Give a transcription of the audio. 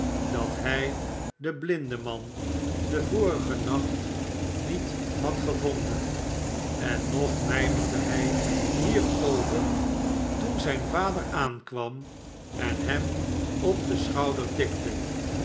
dat hij den blindeman den vorigen nacht niet hadgevonden en nog mijmerde hij hier over toen zijn vader aankwam en hem op den schouder tikte